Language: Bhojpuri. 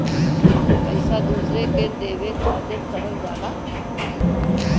पइसा दूसरे के देवे खातिर करल जाला